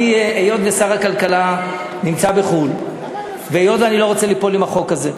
היות ששר הכלכלה נמצא בחו"ל והיות שאני לא רוצה ליפול עם החוק הזה,